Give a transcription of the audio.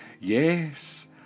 Yes